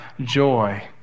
joy